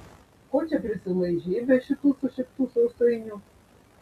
ko čia prisilaižei be šitų sušiktų sausainių